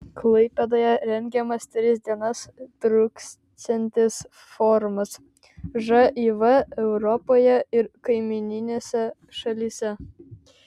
klaipėdoje rengiamas tris dienas truksiantis forumas živ europoje ir kaimyninėse šalyse